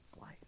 life